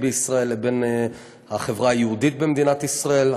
בישראל לבין החברה היהודית במדינת ישראל.